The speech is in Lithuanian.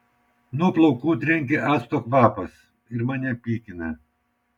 nuo plaukų trenkia acto kvapas ir mane pykina